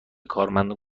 کارمندان